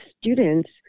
students